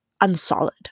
unsolid